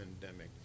pandemic